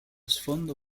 sfondo